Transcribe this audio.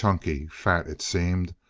chunky, fat, it seemed,